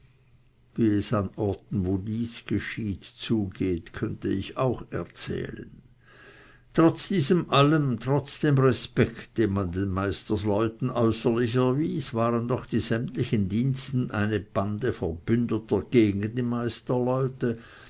an orten wo dieses geschieht zugeht könnte ich auch erzählen trotz diesem allem trotz dem respekt den man den meisterleuten äußerlich erwies waren doch die sämtlichen diensten eine bande verbündeter gegen die